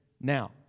Now